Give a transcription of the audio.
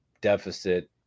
deficit